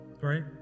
right